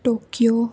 Tokyo